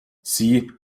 sie